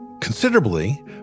considerably